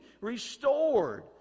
restored